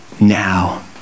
now